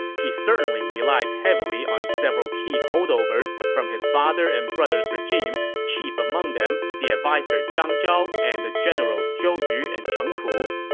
he certainly relied heavily on several key holdovers from his father and brother's regime, chief among them the adviser zhang zhao and the generals zhou yu and cheng pu.